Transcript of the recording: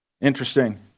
Interesting